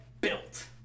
built